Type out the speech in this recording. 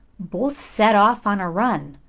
both set off on a run.